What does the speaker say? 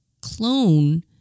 clone